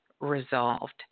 resolved